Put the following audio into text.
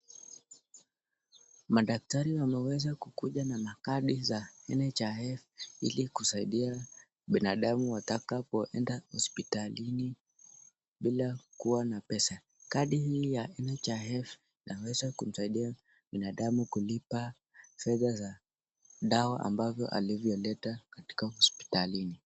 Madaktari wameweza kukuja na kadi za NHIF ili kusaidia binadamu atakapo enda hospitalini bila kuwa na pesa. Kadi hii ya NHIF inaweza kumsaidia binadamu kulipa fedha za dawa ambazo alivyo leta kutoka hospitalini.